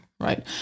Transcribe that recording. right